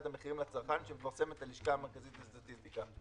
המחירים לצרכן שמפרסמת הלשכה המרכזית לסטטיסטיקה.